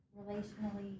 relationally